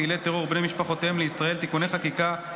פעילי טרור ובני משפחותיהם לישראל (תיקוני חקיקה),